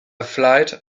flight